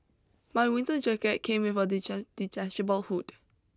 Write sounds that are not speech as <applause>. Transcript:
my winter jacket came with a <unintelligible> detachable hood